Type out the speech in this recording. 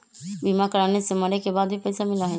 बीमा कराने से मरे के बाद भी पईसा मिलहई?